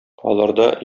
аларда